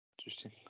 Interesting